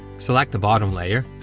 select the bottom layer,